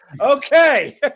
Okay